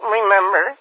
Remember